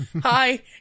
Hi